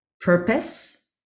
purpose